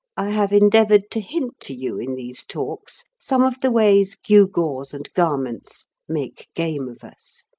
i have endeavored to hint to you in these talks some of the ways gew-gaws and garments make game of us.